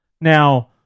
Now